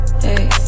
Hey